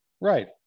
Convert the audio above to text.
right